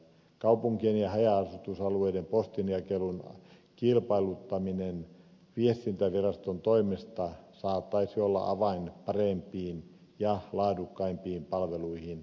kaupunkien ja haja asutusalueiden postinjakelun kilpailuttaminen viestintäviraston toimesta saattaisi olla avain parempiin ja laadukkaampiin palveluihin